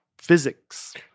physics